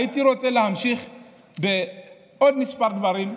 הייתי רוצה להמשיך בעוד כמה דברים,